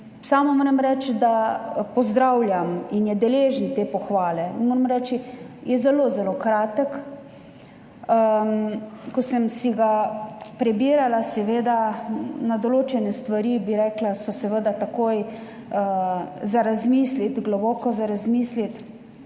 Sama moram reči, da ga pozdravljam in je deležen te pohvale. Moram reči, da je zelo, zelo kratek. Ko sem si ga prebirala, so seveda določene stvari takoj za razmisliti, globoko za razmisliti,